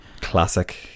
Classic